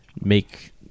make